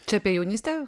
čia apie jaunystę